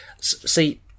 see